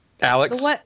Alex